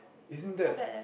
isn't that